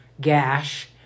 gash